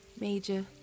major